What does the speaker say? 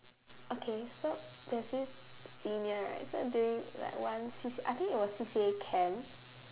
okay so there's this senior right so during like one C_C~ I think it was C_C_A camp